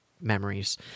memories